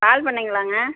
பால் பண்ணைங்களாங்க